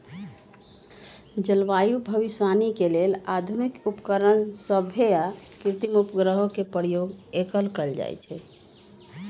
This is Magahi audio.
जलवायु भविष्यवाणी के लेल आधुनिक उपकरण सभ आऽ कृत्रिम उपग्रहों के प्रयोग कएल जाइ छइ